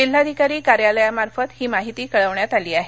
जिल्हाधिकारी कार्यालयामार्फत ही माहिती कळविण्यात आल आहे